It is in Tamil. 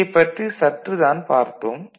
இதைப் பற்றி சற்றுதான் பார்த்தோம்